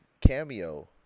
Cameo